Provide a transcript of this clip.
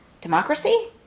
democracy